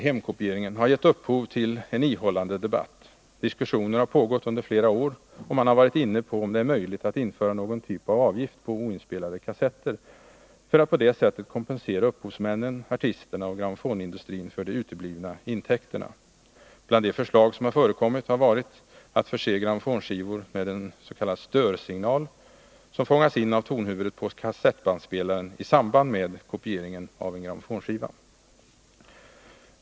hemkopieringen har gett upphov till en ihållande debatt. Diskussioner har pågått under flera år, och man har varit inne på om det är möjligt att införa någon typ av avgift på oinspelade kassetter för att på det sättet kompensera upphovsmännen, artisterna och grammofonindustrin för de uteblivna intäkterna. Bland de förslag som förekommit har varit att förse grammofonskivor med en ”störsignal” som fångas in av tonhuvudet på kassettbandspelaren i samband med kopieringen av en grammofonskiva.